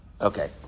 Okay